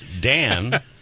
Dan